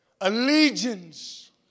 Allegiance